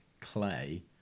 clay